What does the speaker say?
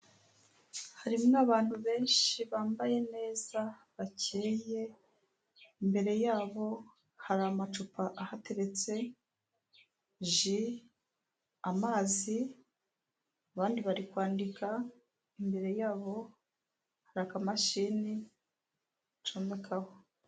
Abantu benshi batandukanye bamwe baricaye abandi barahagaze umwe muri bo afite ibendera rifite amabara atatu atandukanye, harimo ibara ry'ubururu, ibara ry'umuhondo, n'ibara ry'icyatsi kibisi.